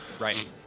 right